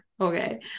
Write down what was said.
okay